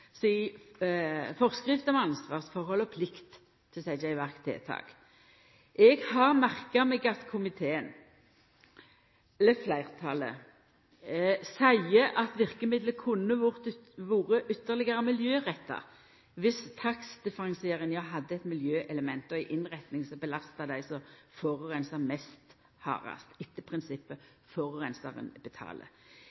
forskrift om ansvarsforhold og plikt til å setja i verk tiltak. Eg har merka meg at fleirtalet i komiteen seier at verkemidlet kunne vore ytterlegare miljøretta viss takstdifferensieringa hadde eit miljøelement og ei innretning som belasta dei som forureinar mest, hardast, etter prinsippet